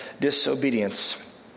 disobedience